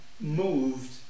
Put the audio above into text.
moved